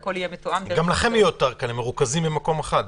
גם לכם זה יותר קל, כי הם מרוכזים במקום אחד.